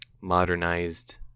modernized